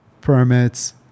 permits